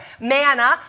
manna